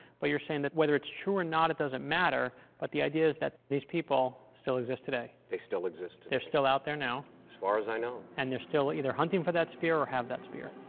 but you're saying that, whether it's true or not, it doesn't matter, but the idea is that these people still exist today. they still exist today. they're still out there now. as far as i know. and they're still either hunting for that spear or have that spear.